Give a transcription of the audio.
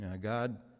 God